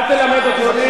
אני קורא אותך לסדר